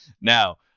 Now